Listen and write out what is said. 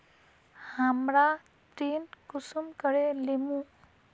हमरा ऋण कुंसम करे लेमु?